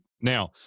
now